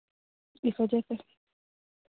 इस वजह से